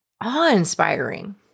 awe-inspiring